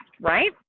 right